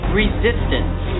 resistance